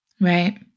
Right